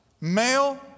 male